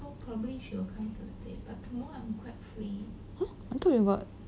!huh! I thought you got